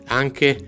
anche